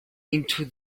into